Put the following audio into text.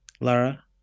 Lara